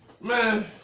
Man